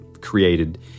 created